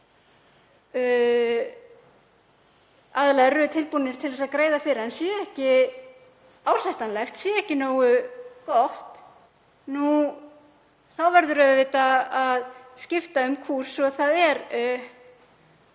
aðilar eru tilbúnir til að greiða fyrir sé ekki ásættanlegt, sé ekki nógu gott, þá verður auðvitað að skipta um kúrs. Það er